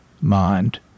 mind